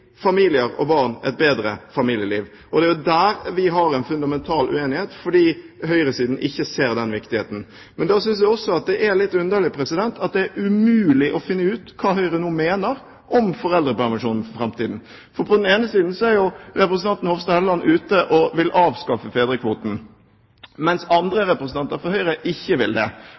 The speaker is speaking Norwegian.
familier og barn et bedre familieliv. Det er der vi har en fundamental uenighet, fordi høyresiden ikke ser den viktigheten. Da synes jeg også det er litt underlig at det er umulig å finne ut hva Høyre nå mener om foreldrepermisjon for framtiden. På den ene siden er representanten Hofstad Helleland ute og vil avskaffe fedrekvoten, mens andre representanter for Høyre ikke vil det.